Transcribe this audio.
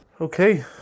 Okay